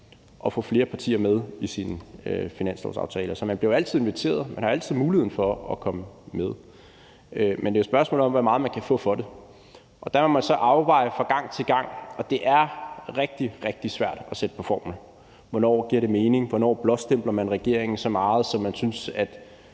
at få flere partier med i sin finanslovsaftale, så man bliver altid inviteret, og man har altid mulighed for at komme med. Men det er et spørgsmål om, hvor meget man kan få for det. Der må man så afveje det fra gang til gang. Det er rigtig, rigtig svært at sætte på formel, hvornår det giver mening, og hvornår man blåstempler regeringen så meget, at man synes, at